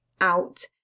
out